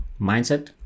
mindset